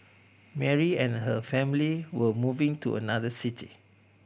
Mary and her family were moving to another city